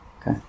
okay